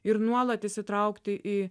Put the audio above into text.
ir nuolat įsitraukti į